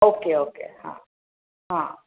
okay okay हां हां